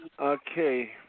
Okay